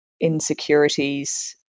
insecurities